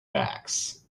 bags